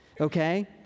okay